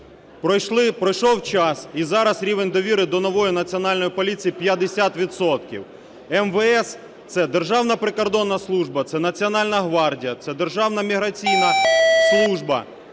Пройшов час - і зараз рівень довіри до нової Національної поліції 50 відсотків. МВС – це Державна прикордонна служба, це Національна гвардія, це Державна міграційна служба,